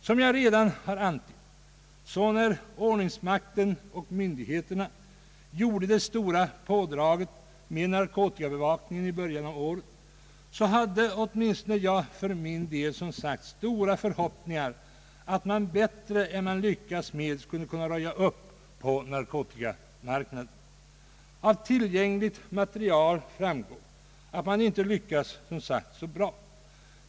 Som jag redan har antytt hade åtminstone jag för min del när ordningsmakten och myndigheterna gjorde det stora pådraget med narkotikabevakningen i början av året stora förhoppningar om att man bättre än man lyckats med skulle kunna röja upp på narkotikamarknaden. Av tillgängligt material framgår att man icke lyckats så bra.